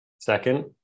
second